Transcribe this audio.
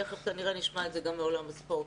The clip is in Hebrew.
תכף כנראה נשמע את זה גם מעולם הספורט.